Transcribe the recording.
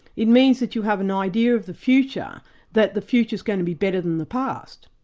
it means that you have an idea of the future that the future's going to be better than the past,